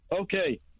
Okay